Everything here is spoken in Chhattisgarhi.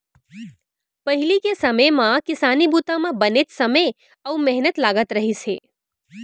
पहिली के समे म किसानी बूता म बनेच समे अउ मेहनत लागत रहिस हे